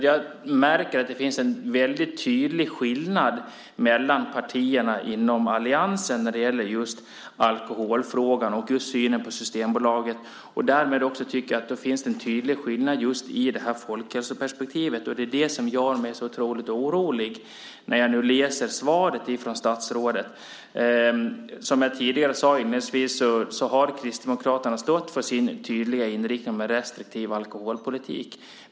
Jag märker att det finns en väldigt tydlig skillnad mellan partierna inom alliansen när det gäller just alkoholfrågan och synen på Systembolaget. Därmed tycker jag att det finns en tydlig skillnad i folkhälsoperspektivet. Det är det som gör mig så orolig när jag läser svaret från statsrådet. Som jag tidigare sade inledningsvis har Kristdemokraterna stått för sin tydliga inriktning med en restriktiv alkoholpolitik.